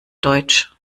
deutsch